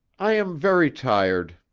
i am very tired.